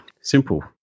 Simple